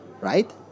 right